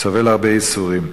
סובל הרבה ייסורים.